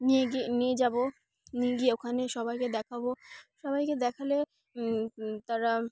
নিয়ে গিয়ে নিয়ে যাব নিয়ে গিয়ে ওখানে সবাইকে দেখাবো সবাইকে দেখালে তারা